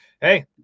hey